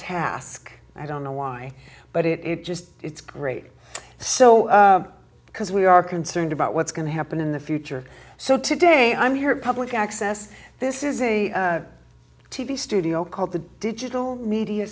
task i don't know why but it just it's great so because we are concerned about what's going to happen in the future so today i'm here public access this is a t v studio called the digital media